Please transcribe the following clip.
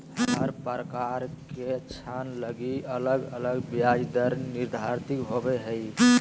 हर प्रकार के ऋण लगी अलग अलग ब्याज दर निर्धारित होवो हय